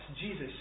Jesus